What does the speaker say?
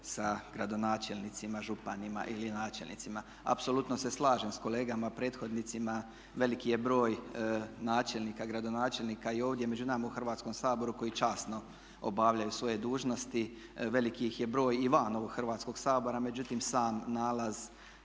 sa gradonačelnicima, županima ili načelnicima. Apsolutno se slažem s kolegama prethodnicima veliki je broj načelnika, gradonačelnika i ovdje među nama u Hrvatskom saboru koji časno obavljaju svoje dužnosti, velik ih je broj i van ovog Hrvatskog sabora međutim sam nalaz